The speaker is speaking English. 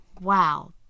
wow